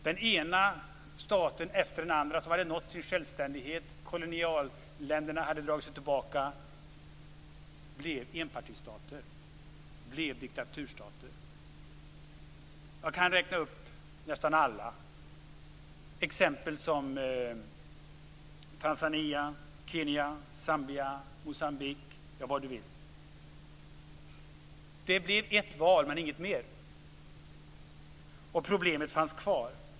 Den ena staten efter den andra som hade nått sin självständighet och där kolonialländerna hade dragit sig tillbaka blev enpartistater - diktaturstater. Jag kan räkna upp nästan alla - Tanzania, Kenya, Zambia, Moçambique, ja, vad du vill. Det blev ett val, men inget mer. Och problemet fanns kvar.